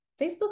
facebook